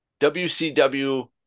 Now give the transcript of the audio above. WCW